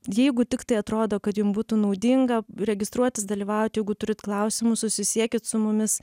jeigu tiktai atrodo kad jum būtų naudinga registruotis dalyvauti jeigu turit klausimų susisiekit su mumis